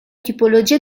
tipologia